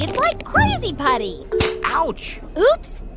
and like crazy putty ouch oops